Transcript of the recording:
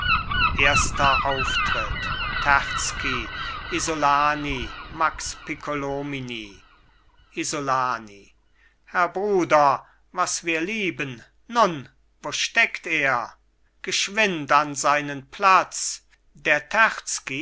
erster auftritt terzky isolani max piccolomini isolani herr bruder was wir lieben nun wo steckt er geschwind an seinen platz der